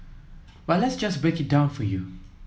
but let's just break it down for you